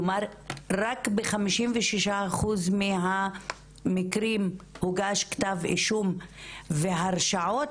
כלומר רק ב-56 אחוז מהמקרים הוגש כתב אישום והרשעות,